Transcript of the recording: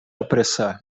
apressar